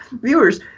viewers